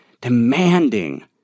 demanding